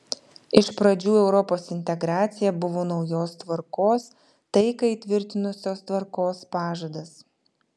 iš pradžių europos integracija buvo naujos tvarkos taiką įtvirtinusios tvarkos pažadas